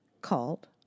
called